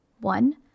One